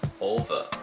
over